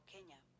Kenya